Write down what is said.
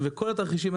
וכל התרחישים.